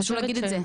חשוב להגיד את זה.